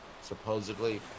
supposedly